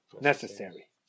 necessary